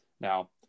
Now